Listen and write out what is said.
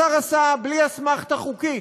השר עשה בלי אסמכתה חוקית.